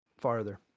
farther